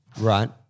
right